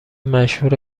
مشهور